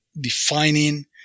defining